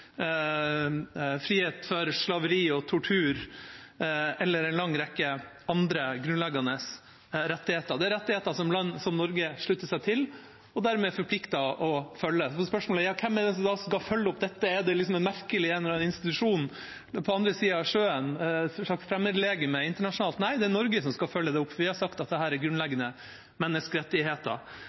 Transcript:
frihet fra slaveri og tortur eller en lang rekke andre grunnleggende rettigheter. Dette er rettigheter som land som Norge slutter seg til, og dermed er forpliktet til å følge. På spørsmålet om hvem det er som skal følge opp dette – om det liksom er en eller annen merkelig institusjon på andre siden av sjøen, et slags internasjonalt fremmedlegeme – er svaret at det er Norge som skal følge det opp. Vi har sagt at dette er grunnleggende menneskerettigheter.